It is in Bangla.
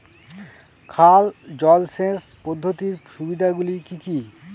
খাল জলসেচ পদ্ধতির সুবিধাগুলি কি কি?